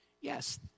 Yes